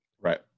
Right